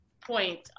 point